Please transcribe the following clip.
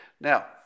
Now